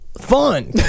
fun